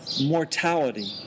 mortality